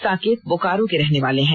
साकेत बोकारो के रहने वाले हैं